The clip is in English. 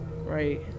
Right